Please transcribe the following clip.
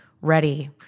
ready